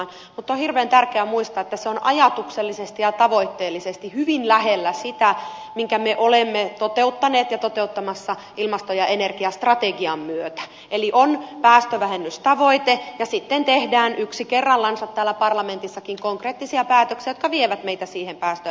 mutta on hirveän tärkeää muistaa että se on ajatuksellisesti ja tavoitteellisesti hyvin lähellä sitä minkä me olemme toteuttaneet ja toteuttamassa ilmasto ja energiastrategian myötä eli on päästövähennystavoite ja sitten tehdään yksi kerrallansa täällä parlamentissakin konkreettisia päätöksiä jotka vievät meitä siihen päästövähennystavoitteeseen